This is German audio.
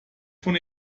von